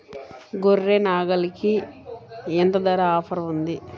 గొర్రె, నాగలికి ఎంత ధర ఆఫర్ ఉంది?